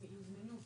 הם יוזמנו.